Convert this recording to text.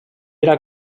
era